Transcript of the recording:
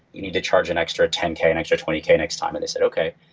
you need to charge an extra ten k, an extra twenty k next time, and they said, okay,